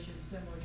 similar